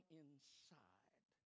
inside